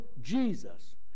Jesus